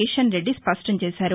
కిషన్రెడ్డి స్పష్టంచేశారు